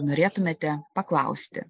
norėtumėte paklausti